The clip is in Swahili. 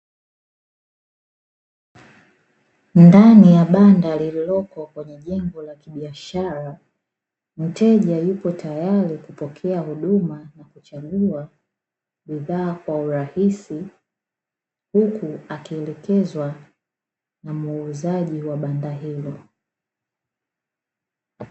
Ndani ya banda lililopo kwenye jengo la kibiashara, mteja yupo tayari kupokea huduma kuchagua bidhaa kwa rahisi huku akielekwezwa na muuzaji wa banda hilo